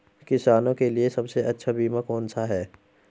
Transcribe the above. किसानों के लिए सबसे अच्छा बीमा कौन सा है?